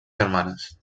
germanes